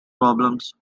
problems